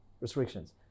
restrictions